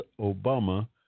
Obama